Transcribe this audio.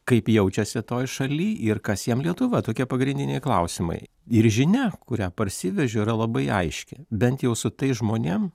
kaip jaučiasi toj šaly ir kas jiem lietuva tokie pagrindiniai klausimai ir žinia kurią parsivežiau yra labai aiški bent jau su tais žmonėm